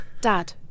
Dad